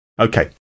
Okay